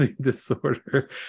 disorder